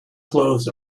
clothes